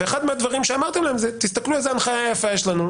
ואחד מהדברים שאמרתם להם זה: תסתכלו איזה הנחיה יפה יש לנו,